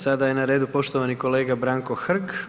Sada je na redu poštovani kolega Branko Hrg.